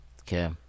Okay